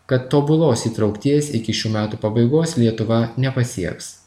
kad tobulos įtraukties iki šių metų pabaigos lietuva nepasieks